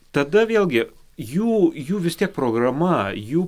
tada vėlgi jų jų vis tiek programa jų